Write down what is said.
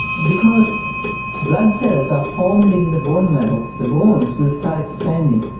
because blood cells are formed in the bone marrow, the bones will start expanding,